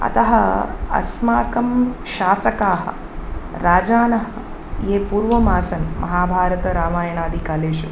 अतः अस्माकं शासकाः राजानः ये पूर्वम् आसन् महाभारतरामायणादिकालेषु